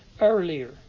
earlier